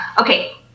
Okay